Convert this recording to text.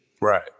Right